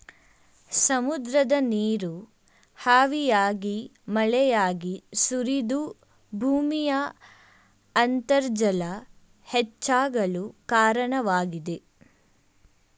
ಸಮುದ್ರದ ನೀರು ಹಾವಿಯಾಗಿ ಮಳೆಯಾಗಿ ಸುರಿದು ಭೂಮಿಯ ಅಂತರ್ಜಲ ಹೆಚ್ಚಾಗಲು ಕಾರಣವಾಗಿದೆ